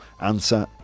answer